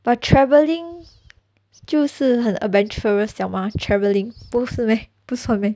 but travelling 就是很 adventurous liao mah travelling 不是 meh 不算 meh